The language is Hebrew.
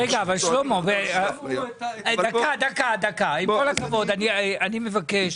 עם כל הכבוד, אני מבקש,